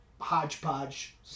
hodgepodge